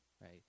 right